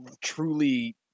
truly